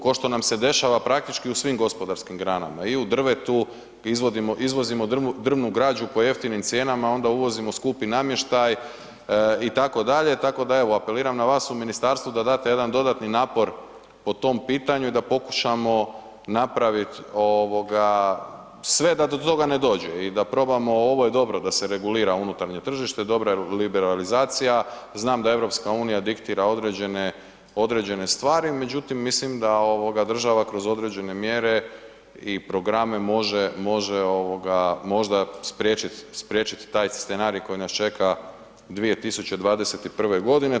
Ko što nam se dešava praktički u svim gospodarskim granama i u drvetu, izvozimo drvnu građu po jeftinim cijenama onda uvozimo skupi namještaj itd., tako da evo apeliram na vas u ministarstvu da date jedan dodatni napor po tom pitanju i da pokušamo napraviti ovoga sve da do toga ne dođe i da probamo, ovo je dobro da se regulira unutarnje tržište, dobra je liberalizacija znam da EU diktira određene, određene stvari međutim mislim da ovoga država kroz određene mjere i programe može, može ovoga možda spriječiti taj scenarij koji nas čeka 2021. godine.